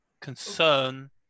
concern